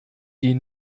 die